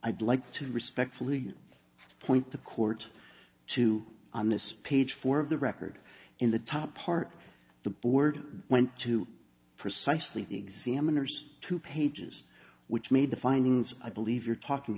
i'd like to respectfully point the court to on this page four of the record in the top part the board went to precisely the examiners two pages which made the findings i believe you're talking